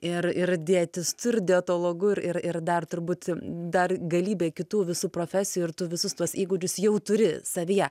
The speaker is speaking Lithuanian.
ir ir dėtis ir dietologu ir ir dar turbūt dar galybė kitų visų profesijų ir tu visus tuos įgūdžius jau turi savyje